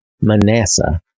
Manasseh